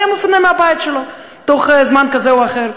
היה מפונה מהבית שלו תוך זמן כזה או אחר.